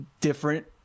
different